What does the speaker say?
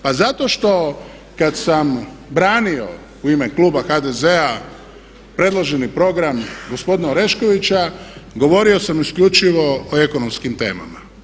Pa zato što kad sam branio u ime kluba HDZ-a predloženi program gospodina Oreškovića govorio sam isključivo o ekonomskim temama.